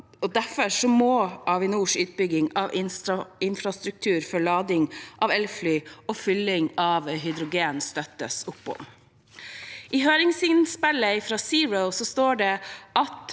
Derfor må Avinors utbygging av infrastruktur for lading av elfly og fylling av hydrogen støttes opp om. I høringsinnspillet fra ZERO står det om